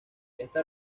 esta